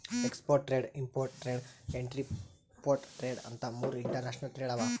export trade, import trade, entrepot trade ಅಂತ್ ಮೂರ್ international trade ಅವಾ